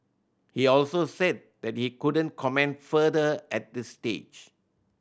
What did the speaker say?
he also said that he couldn't comment further at this stage